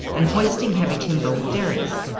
and hoisting heavy timber with derricks.